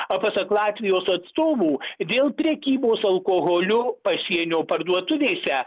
o pasak latvijos atstovų dėl prekybos alkoholiu pasienio parduotuvėse